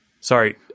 Sorry